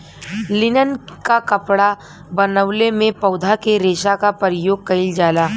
linen क कपड़ा बनवले में पौधा के रेशा क परयोग कइल जाला